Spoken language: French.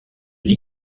dis